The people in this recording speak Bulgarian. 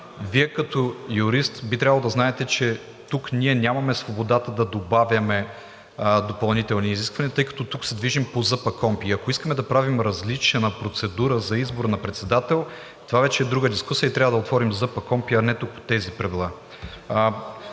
Вие като юрист би трябвало да знаете, че тук ние нямаме свободата да добавяме допълнителни изисквания, тъй като тук се движим по ЗПКОНПИ и ако искаме да правим различна процедура за избор на председател, това вече е друга дискусия и трябва да отворим ЗПКОНПИ, а не тук тези правила.